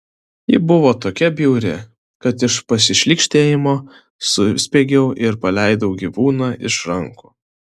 ji buvo tokia bjauri kad iš pasišlykštėjimo suspiegiau ir paleidau gyvūną iš rankų